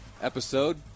episode